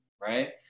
Right